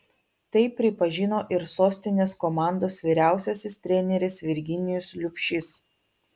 tai pripažino ir sostinės komandos vyriausiasis treneris virginijus liubšys